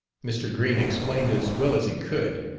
mr. green explained as well as he could.